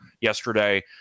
yesterday